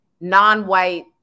non-white